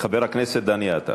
חבר הכנסת דני עטר.